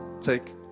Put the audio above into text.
take